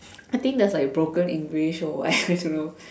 I think there's like broken English or I don't know